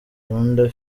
rwanda